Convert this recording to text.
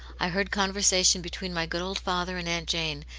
i heard conversation between my good old father and aunt jane,